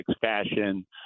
fashion